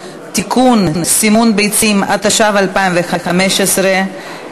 ומה שאנחנו רואים היום,